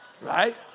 Right